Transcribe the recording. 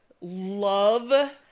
love